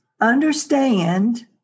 understand